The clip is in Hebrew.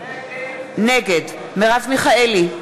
נגד מרב מיכאלי,